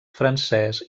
francès